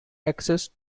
access